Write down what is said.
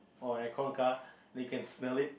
or air con car like you can smell it